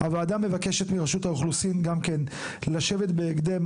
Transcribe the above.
הוועדה מבקשת מרשות האוכלוסין לשבת בהקדם גם